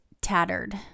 tattered